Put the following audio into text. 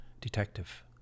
detective